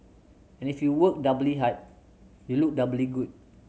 and if you work doubly hard you look doubly good